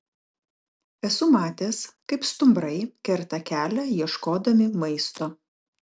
esu matęs kaip stumbrai kerta kelią ieškodami maisto